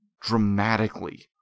dramatically